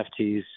NFTs